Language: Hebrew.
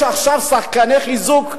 יש עכשיו שחקני חיזוק.